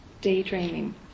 daydreaming